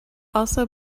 also